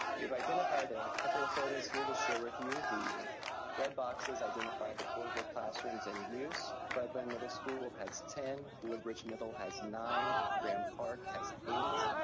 we've identified a couple of photos here to share with you. the red boxes identify the portable classrooms in use. redland middle school has ten, woodbridge middle has nine, graham park has eight,